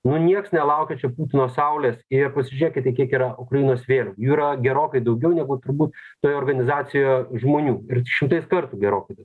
nu nieks nelaukia čia nuo saulės ir pasižiūrėkite kiek yra ukrainos vėliavų yra gerokai daugiau negu turbūt toje organizacijoje žmonių ir šimtais kartų gerokai